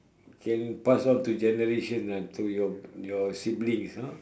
can pass on to generations ah to your your sibling ah